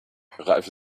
ralf